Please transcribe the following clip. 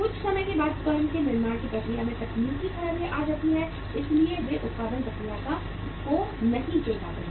कुछ समय के बाद फर्म के निर्माण की प्रक्रिया में तकनीकी खराबी आ जाती है इसलिए वे उत्पादन प्रक्रिया को नहीं चुन पाते हैं